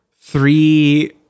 three